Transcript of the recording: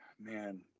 Man